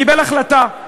קיבל החלטה.